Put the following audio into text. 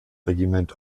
regiment